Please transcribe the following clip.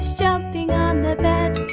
jumping on the bed